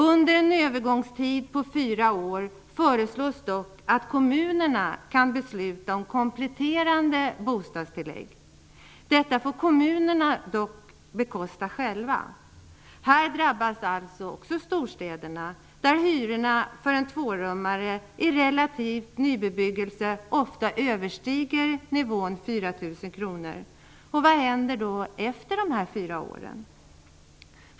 Under en övergångstid på fyra år föreslås dock att kommunerna kan besluta om kompletterande bostadstillägg. Detta får kommunerna dock bekosta själva. Här drabbas också storstäderna, där hyrorna för en tvårummare som är relativt nybebyggd ofta överskrider nivån 4 000 kr. Och vad händer efter dessa fyra år?